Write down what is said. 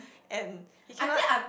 and he cannot